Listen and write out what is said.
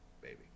baby